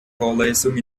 vorlesung